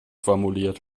formuliert